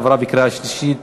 עברה בקריאה שלישית,